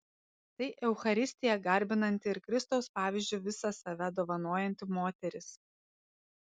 tai eucharistiją garbinanti ir kristaus pavyzdžiu visą save dovanojanti moteris